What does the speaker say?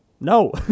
No